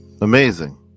amazing